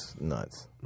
Nuts